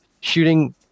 shooting